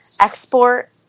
export